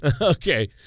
Okay